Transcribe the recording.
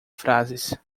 frases